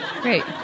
Great